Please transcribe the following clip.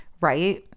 right